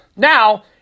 Now